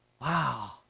wow